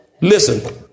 Listen